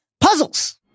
Puzzles